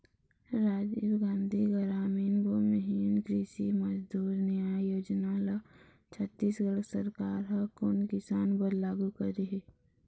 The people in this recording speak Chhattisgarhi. राजीव गांधी गरामीन भूमिहीन कृषि मजदूर न्याय योजना ल छत्तीसगढ़ सरकार ह कोन किसान बर लागू करे हे?